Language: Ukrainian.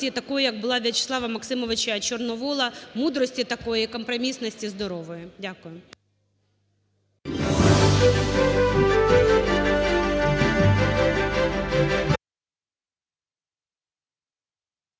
такої, як була у В'ячеслава Максимовича Чорновола, мудрості такої і компромісності здорової. Дякую.